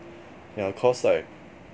yeah cause like